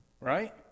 Right